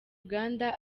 uganda